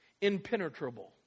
impenetrable